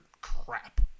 crap